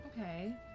okay